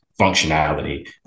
functionality